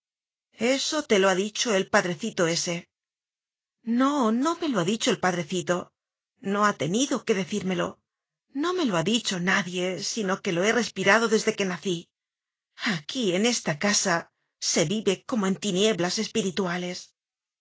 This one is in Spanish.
eso te lo ha dicho el padrecito ese no no me lo ha dicho el padrecito no ha tenido que decírmelo no me lo ha dicho nadie sino que lo he respirado desde que nací aquí en esta casa se vive como en ti nieblas espirituales